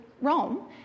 Rome